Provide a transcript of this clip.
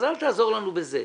אל תעזור לנו בזה.